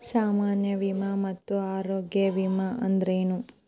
ಸಾಮಾನ್ಯ ವಿಮಾ ಮತ್ತ ಆರೋಗ್ಯ ವಿಮಾ ಅಂದ್ರೇನು?